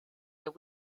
that